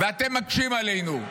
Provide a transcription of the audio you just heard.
-- ואתם מקשים עלינו.